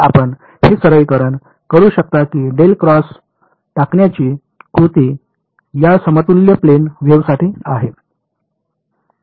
तर आपण हे सरलीकरण करू शकता की डेल क्रॉस टाकण्याची कृती या समतुल्य प्लेन वेव्हसाठी आहे